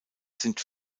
sind